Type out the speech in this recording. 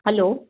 hello